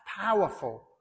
powerful